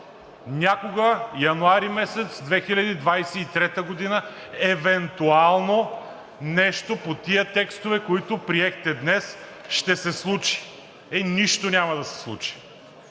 Някога, януари месец 2023 г., евентуално, нещо по тези текстове, които приехте днес, ще се случи. Е, нищо няма да се случи!